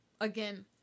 again